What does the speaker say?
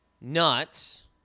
nuts